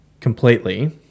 completely